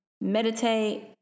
meditate